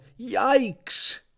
Yikes